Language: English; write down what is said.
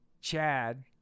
Chad